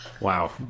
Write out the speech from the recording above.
Wow